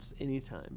Anytime